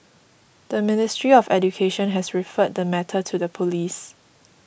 the Ministry of Education has referred the matter to the police